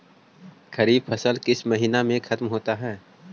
खरिफ फसल किस महीने में ख़त्म होते हैं?